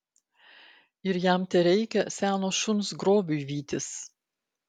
ir jam tereikia seno šuns grobiui vytis